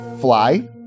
Fly